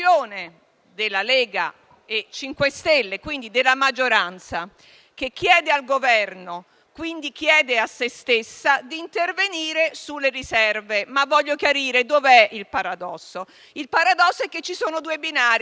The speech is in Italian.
del MoVimento 5 stelle, quindi della maggioranza, che chiede al Governo di intervenire sulle riserve. Ma voglio chiarire dov'è il paradosso. Il paradosso è che ci sono due binari: